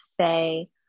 say